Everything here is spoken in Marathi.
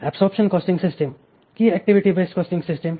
ऍबसॉरबशन कॉस्टिंग सिस्टिम की ऍक्टिव्हिटी बेस्ड कॉस्टिंग सिस्टम